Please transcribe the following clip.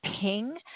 ping